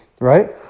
right